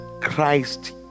christ